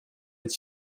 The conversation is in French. est